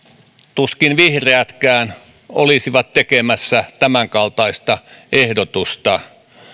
tuskin vihreätkään olisivat tekemässä tämänkaltaista ehdotusta